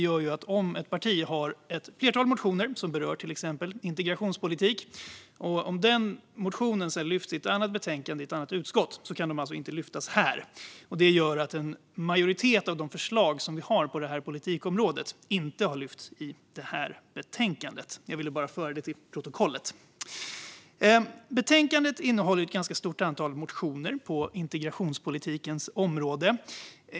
Ett parti kan ha ett flertal motioner som berör till exempel integrationspolitik, men om motionerna lyfts i ett annat betänkande i ett annat utskott kan de alltså inte lyftas även här. Det gör att en majoritet av de förslag vi har på det här politikområdet inte har lyfts i det här betänkandet. Jag ville bara få det fört till protokollet. I betänkandet behandlas ett ganska stort antal motioner på integrationspolitikens område.